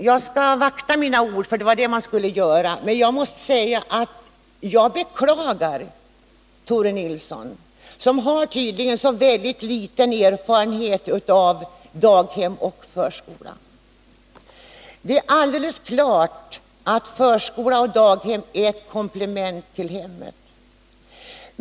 Jag skall vakta mina ord, för det skulle vi ju göra, men jag beklagar Tore Nilsson, som tydligen har så liten erfarenhet av daghem och förskola. Det är helt klart att förskola och daghem är ett komplement till hemmet.